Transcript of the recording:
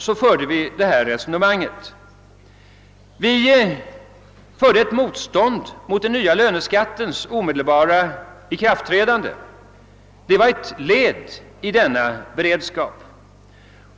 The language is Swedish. Vi reste såsom ett led i beredskapssträvandena motstånd mot den nya löneskattens omedelbara ikraftträdande.